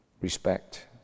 respect